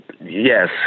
Yes